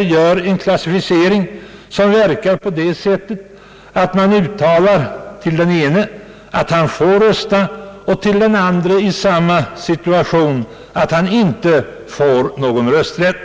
göra en klassificering som verkar på sådant sätt, att den ene får rösta medan den andre i samma situation inte får någon rösträtt.